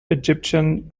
egyptian